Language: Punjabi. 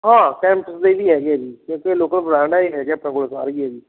ਹਾਂ ਕੈਂਪਸ ਦੇ ਵੀ ਹੈਗੇ ਆ ਜੀ ਕਿਉਂਕਿ ਇਹ ਲੋਕਲ ਬਰਾਂਡ ਹੈ ਇਹ ਹੈਗੇ ਆ ਆਪਣੇ ਕੋਲ ਸਾਰੇ ਹੀ ਹੈ ਜੀ